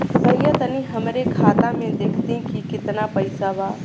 भईया तनि हमरे खाता में देखती की कितना पइसा बा?